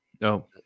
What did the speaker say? No